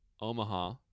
Omaha